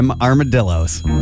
Armadillos